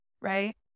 right